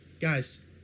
Guys